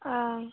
ओं